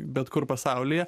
bet kur pasaulyje